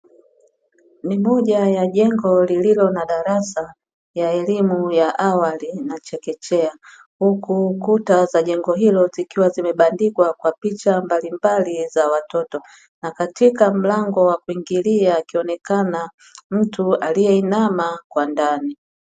Ni moja ya jengo lililo na darasa ya elimu ya awali na chekechea. Huku kuta za jengo hilo zikiwa zimebandikwa kwa picha mbalimbali za watoto na katika mlango wa kuingilia akionekana mtu aliyeinama kwa ndani.